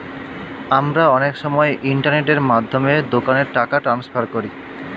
আমরা অনেক সময় ইন্টারনেটের মাধ্যমে দোকানে টাকা ট্রান্সফার করি